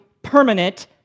Permanent